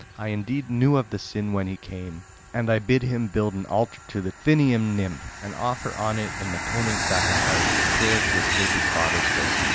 i indeed knew of the sin when he came and i bid him build an altar to the thynian nymph, and offer on it an atoning sacrifice, with prayer to escape his father's fate.